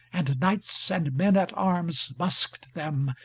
and knights and men at arms busked them,